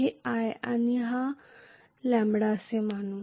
हे i आहे आणि हे λ मानू